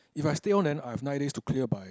if I stay on then I have nine days to clear by